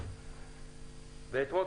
ואתמול,